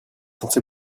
censé